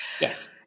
Yes